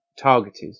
targeted